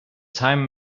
time